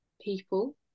people